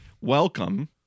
Welcome